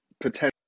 potential